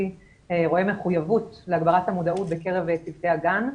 רואה מחויבות להגברת המודעות בקרב צוותי הגן.